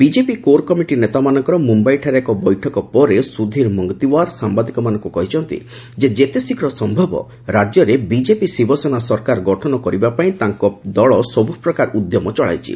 BJP core committee ନେତାମାନଙ୍କର ମୁମ୍ଭାଇଠାରେ ଏକ ବୈଠକ ପରେ ସୁଧୀର ମୁଙ୍ଗତିଓର ସାମ୍ଭାଦିକମାନଙ୍କୁ କହିଛନ୍ତି ଯେତେଶୀଘ୍ର ସମ୍ଭବ ରାଜ୍ୟରେ ବିଜେପି ଶିବସେନା ସରକାର ଗଠନ କରିବା ପାଇଁ ତାଙ୍କ ପାର୍ଟି ସବୁ ପ୍ରକାର ଉଦ୍ୟମ ଚଳାଇଛି